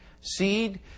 seed